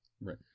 Right